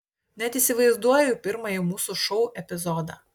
net įsivaizduoju pirmąjį mūsų šou epizodą